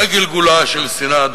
זה גלגולה של שנאה,